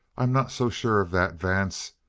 i'm not so sure of that, vance.